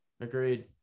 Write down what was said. Agreed